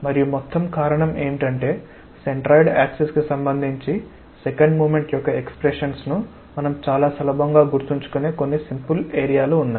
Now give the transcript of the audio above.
మరియు మొత్తం కారణం ఏమిటంటే సెంట్రాయిడ్ యాక్సిస్ కి సంబంధించి సెకండ్ మోమెంట్ యొక్క ఎక్స్ప్రెషన్స్ ను మనం చాలా సులభంగా గుర్తుంచుకునే కొన్ని సింపుల్ ఏరియా లు ఉన్నాయి